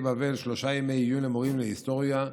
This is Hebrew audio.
בבל שלושה ימי עיון למורים להיסטוריה,